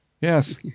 yes